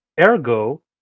ergo